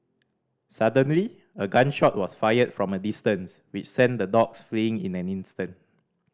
suddenly a gun shot was fired from a distance which sent the dogs fleeing in an instant